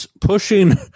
pushing